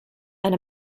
and